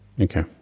Okay